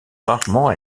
rarement